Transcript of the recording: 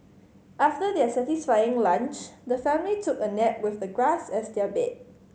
after their satisfying lunch the family took a nap with the grass as their bed